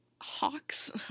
Hawks